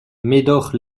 médor